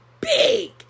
big